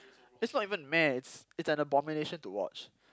that's not even !meh! it's an abomination to watch